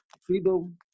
freedom